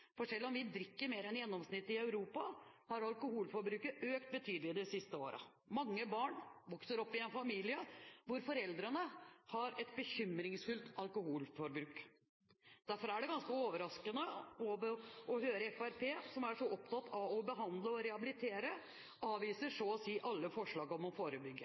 Selv om vi drikker mindre enn gjennomsnittet i Europa, har alkoholforbruket økt betydelig de siste årene. Mange barn vokser opp i en familie hvor foreldrene har et bekymringsfullt alkoholforbruk. Derfor er det ganske overraskende å høre at Fremskrittspartiet, som er så opptatt av å behandle og rehabilitere, avviser så å si alle forslag om å forebygge.